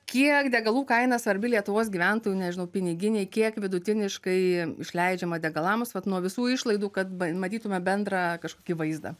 kiek degalų kaina svarbi lietuvos gyventojų nežinau piniginei kiek vidutiniškai išleidžiama degalams vat nuo visų išlaidų kad pamatytume bendrą kažkokį vaizdą